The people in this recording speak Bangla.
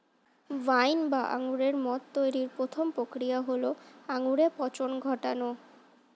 ওয়াইন বা আঙুরের মদ তৈরির প্রথম প্রক্রিয়া হল আঙুরে পচন ঘটানো